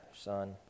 Son